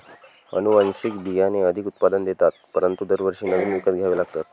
अनुवांशिक बियाणे अधिक उत्पादन देतात परंतु दरवर्षी नवीन विकत घ्यावे लागतात